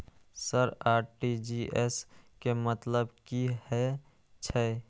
Sir RTGS के मतलब की हे छे?